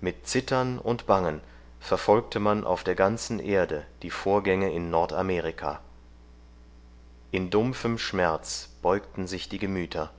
mit zittern und bangen verfolgte man auf der ganzen erde die vorgänge in nord amerika in dumpfem schmerz beugten sich die gemüter